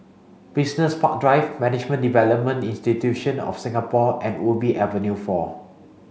Business Park Drive Management Development institution of Singapore and Ubi Avenue four